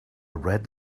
red